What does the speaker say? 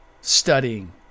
studying